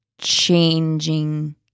changing